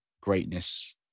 greatness